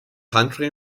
country